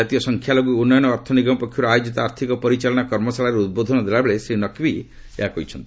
ଜାତୀୟ ସଂଖ୍ୟାଲଘୁ ଉନ୍ନୟନ ଓ ଅର୍ଥ ନିଗମ ପକ୍ଷରୁ ଆୟୋଜିତ ଆର୍ଥକ ପରିଚାଳନା କର୍ମଶାଳାରେ ଉଦ୍ବୋଧନ ଦେଲାବେଳେ ଶ୍ରୀ ନକ୍ବି ଏହା କହିଛନ୍ତି